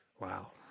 Wow